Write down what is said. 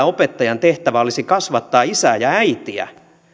opettajan tehtävänä vielä olisi kasvattaa isää ja äitiä